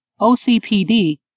OCPD